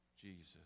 Jesus